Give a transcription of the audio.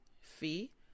Fee